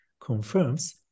confirms